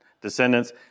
descendants